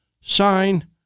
sign